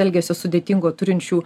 elgesio sudėtingo turinčių